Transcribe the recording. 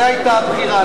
זו היתה הבחירה,